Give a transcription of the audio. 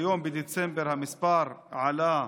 והיום, בדצמבר, המספר עלה